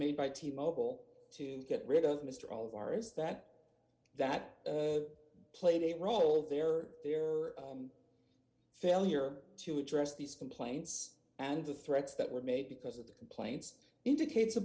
made by t mobile to get rid of mr all of ours that that played a role there or there failure to address these complaints and the threats that were made because of the complaints indicates a